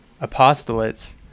apostolates